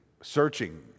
searching